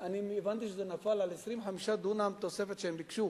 אני הבנתי שזה נפל על 25 דונם תוספת שהם ביקשו.